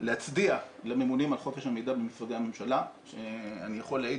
להצדיע לממונים על חופש המידע במשרדי הממשלה שאני יכול להעיד